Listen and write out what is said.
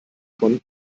von